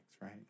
right